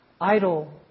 idle